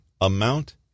amount